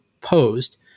posed